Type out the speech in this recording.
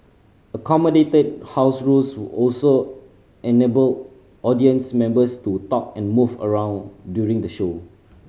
accommodated house rules also enabled audience members to talk and move around during the show